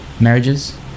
marriages